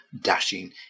dashing